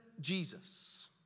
Jesus